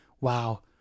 Wow